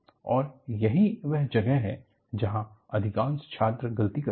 और यही वह जगह है जहां अधिकांश छात्र गलती करते हैं